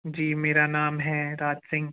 जी मेरा नाम है राज सिंह